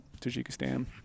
tajikistan